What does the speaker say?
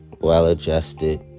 well-adjusted